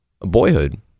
Boyhood